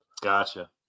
Gotcha